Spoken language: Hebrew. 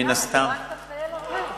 אני רואה שאתה מטייל הרבה.